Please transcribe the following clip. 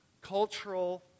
cultural